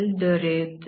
ದೊರೆಯುತ್ತದೆ